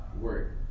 work